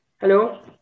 Hello